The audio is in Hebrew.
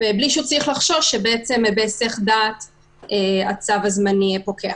בלי שהוא צריך לחשוש שבהיסח דעת הצו הזמני פוקע.